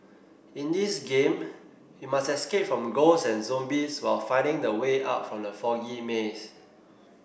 in this game you must escape from ghosts and zombies while finding the way out from the foggy maze